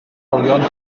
olion